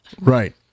Right